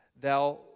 thou